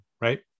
right